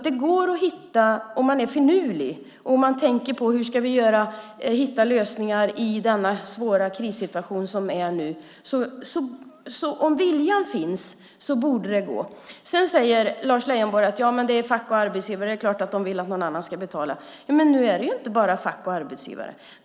Det går om man är finurlig och tänker på hur vi ska hitta lösningar i denna svåra krissituation. Om viljan finns borde det gå. Lars Leijonborg säger att det är klart att fack och arbetsgivare vill att någon annan ska betala. Men det är inte bara fack och arbetsgivare som vill det.